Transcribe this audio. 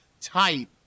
type